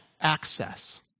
access